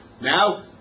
Now